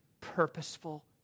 purposeful